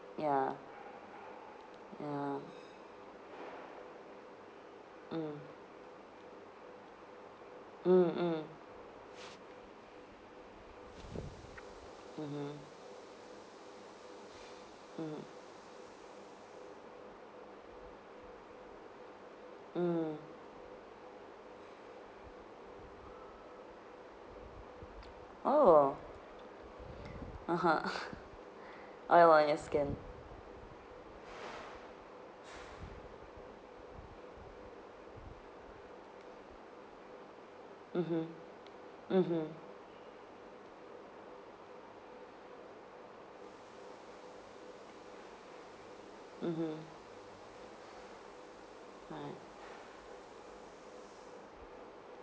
ya ya mm mm mm mmhmm mm mm oh (uh huh) oh !wah! your skin mmhmm mmhmm mmhmm right